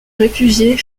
réfugier